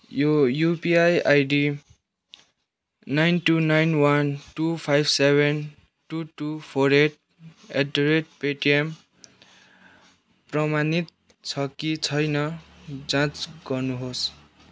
यो UPI ID nine two nine one two five seven two two four eight at the rate Paytm प्रमाणित छ कि छैन जाँच गर्नुहोस्